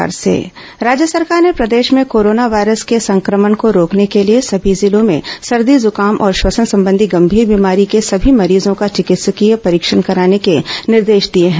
corona स्वास्थ्य परीक्षण राज्य सरकार ने प्रदेश में कोरोना वायरस के संक्रमण को रोकने के लिए सभी जिलों में सर्दी जुकाम और श्वसन संबंधी गंभीर बीमारी के सभी मरीजों का चिकित्सकीय परीक्षण कराने के निर्देश दिए हैं